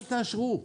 אל תאשרו.